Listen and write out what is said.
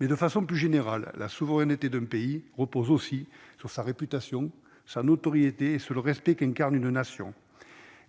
mais de façon plus générale la souveraineté d'un pays repose aussi sur sa réputation, sa notoriété et sur le respect qu'incarne une nation,